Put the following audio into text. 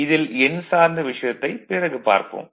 இதில் எண் சார்ந்த விஷயத்தை பிறகு பார்ப்போம்